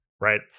right